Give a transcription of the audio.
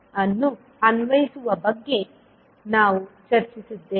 transform ಅನ್ನು ಅನ್ವಯಿಸುವ ಬಗ್ಗೆ ನಾವು ಚರ್ಚಿಸಿದ್ದೇವೆ